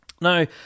Now